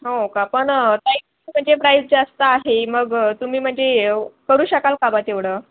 हो का पण ताई प्राईज जास्त आहे मग तुम्ही म्हणजे करू शकाल का बा तेवढं